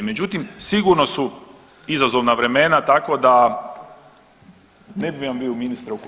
Međutim, sigurno su izazovna vremena tako da ne bih vam bio ministre u koži.